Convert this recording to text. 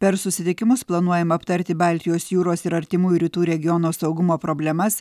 per susitikimus planuojama aptarti baltijos jūros ir artimųjų rytų regiono saugumo problemas